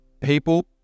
people